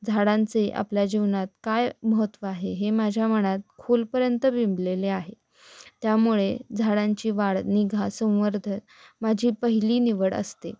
झाडांचे आपल्या जीवनात काय महत्व आहे हे माझ्या मनात खोलपर्यंत विंबलेले आहे त्यामुळे झाडांची वाढ निगा संवर्धन माझी पहिली निवड असते